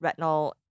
retinol